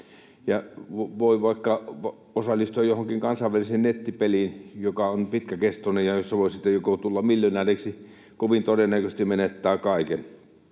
voi vaikka osallistua johonkin kansainväliseen nettipeliin, joka on pitkäkestoinen ja jossa voi sitten tulla miljonääriksi — kovin todennäköisesti menettää kaiken.